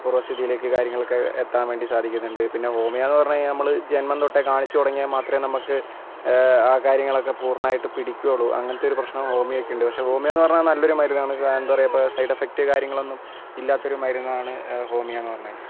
പൂർവ്വ സ്ഥിതിയിലേക്ക് കാര്യങ്ങൾ ഒക്കെ എത്താൻ വേണ്ടി സാധിക്കുന്നുണ്ട് പിന്നെ ഹോമിയോ എന്ന് പറഞ്ഞു കഴിഞ്ഞാൽ നമ്മൾ ജന്മം തൊട്ടേ കാണിച്ച് തുടങ്ങിയാൽ മാത്രമേ നമുക്ക് ആ കാര്യങ്ങളൊക്കെ പൂർണ്ണമായിട്ട് പിടിക്കുകയുള്ളു അങ്ങനത്തെ ഒരു പ്രശ്നം ഹോമിയോക്കുണ്ട് പക്ഷെ ഹോമിയോ എന്ന് പറഞ്ഞാൽ നല്ലൊരു മരുന്നാണ് എന്താ പറയുക സൈഡ് എഫ്ഫക്റ്റ് കാര്യങ്ങളൊന്നും ഇല്ലാത്തൊരു മരുന്നാണ് ഹോമിയോ എന്നു പറഞ്ഞാൽ